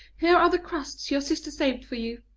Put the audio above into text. here are the crusts your sisters saved for you.